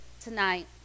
tonight